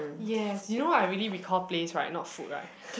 yes you know what I really recall place right not food right